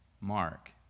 Mark